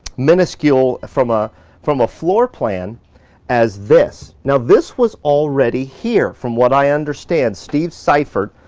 minuscule from ah from a floor plan as this. now, this was already here, from what i understand. steve seifert,